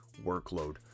workload